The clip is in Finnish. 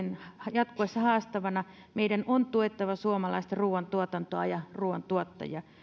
jatkuessa haastavana meidän on tuettava suomalaista ruuantuotantoa ja ruuan tuottajia